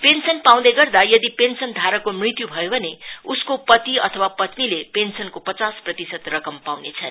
pension पाउँदै गर्दा यदि पेन्सन धारकको मृत्यु भयो भने उसको पति अथवा पत्नीले पेन्सनको पचास प्रतिशत रकम पाउनेछन्